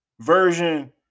version